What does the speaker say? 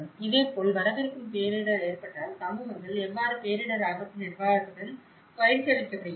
இதேபோல் வரவிருக்கும் பேரிடர் ஏற்பட்டால் சமூகங்கள் எவ்வாறு பேரிடர் ஆபத்து நிர்வாகத்துடன் பயிற்சியளிக்கப்படுகின்றன